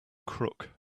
crook